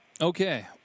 okay